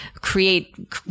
create